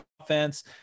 offense